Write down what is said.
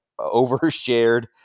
overshared